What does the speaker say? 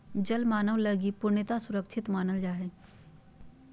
जल मानव लगी पूर्णतया सुरक्षित मानल जा हइ